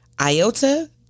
Iota